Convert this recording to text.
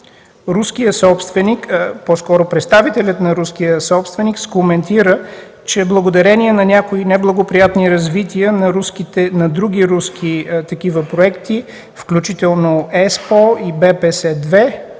руският собственик, по-скоро представителят на руския собственик коментира, че благодарение на някои неблагоприятни развития на други такива руски проекти, включително ЕСФ и БПС-2,